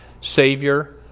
Savior